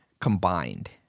combined